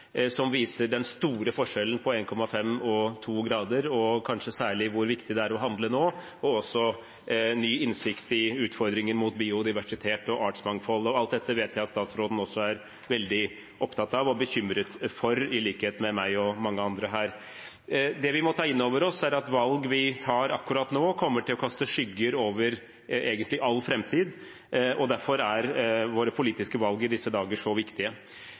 som viser den store forskjellen på 1,5 og 2 grader, og som viser kanskje særlig hvor viktig det er å handle nå. Vi har også ny innsikt i utfordringene knyttet til biodiversitet og artsmangfold. Alt dette vet jeg at også statsråden – i likhet med meg og mange andre her – er veldig opptatt av og bekymret for. Det vi må ta inn over oss, er at valg vi tar akkurat nå, kommer til å kaste skygger over all framtid. Derfor er våre politiske valg i disse dager så viktige.